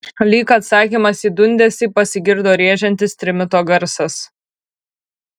lyg atsakymas į dundesį pasigirdo rėžiantis trimito garsas